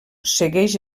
segueix